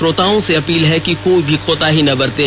श्रोताओं से अपील है कि कोई भी कोताही न बरतें